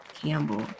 Campbell